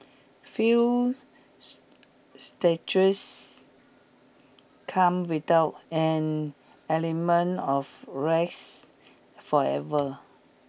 few come without an element of risk forever